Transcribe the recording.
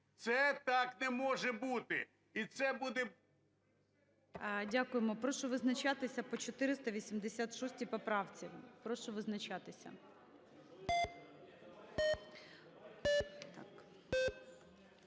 Це так не може бути.